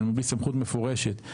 אבל בלי סמכות מפורשת,